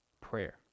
prayer